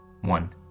one